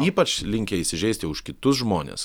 ypač linkę įsižeisti už kitus žmones